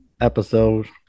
episode